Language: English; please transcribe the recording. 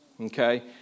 okay